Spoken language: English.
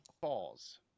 falls